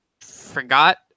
forgot